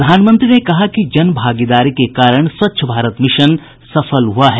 प्रधानमंत्री ने कहा कि जनभागीदारी के कारण स्वच्छ भारत मिशन सफल हुआ है